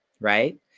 right